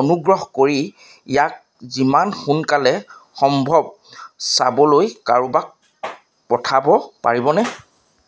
অনুগ্ৰহ কৰি ইয়াক যিমান সোনকালে সম্ভৱ চাবলৈ কাৰোবাক পঠাব পাৰিবনে